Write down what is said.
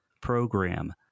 program